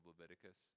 Leviticus